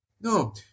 No